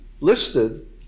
listed